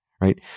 right